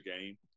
game